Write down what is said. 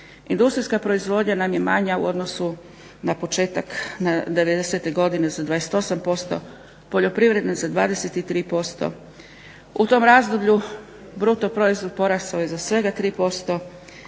Industrijska proizvodnja nam je manja u odnosu na početak devedesete godine za 28%, poljoprivredna za 23%. U tom razdoblju bruto proizvod porastao je za svega 3%